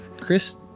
Chris